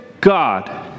God